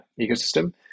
ecosystem